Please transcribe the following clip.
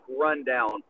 rundown